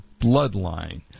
Bloodline